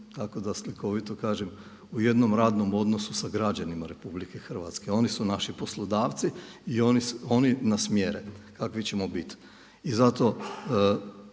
kako da slikovito kažem u jednom radnom odnosu sa građanima Republike Hrvatske, oni su naši poslodavci i oni nas mjere kakvi ćemo biti. I zato